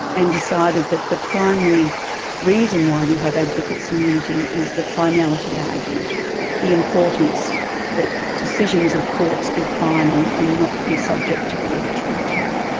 and decided that the primary reason why we have advocates' immunity is the finality argument the importance that decisions of courts be final and not be subject to collateral attack.